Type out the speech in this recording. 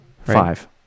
five